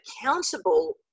accountable